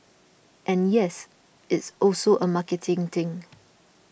and yes it's also a marketing thing